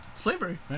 Slavery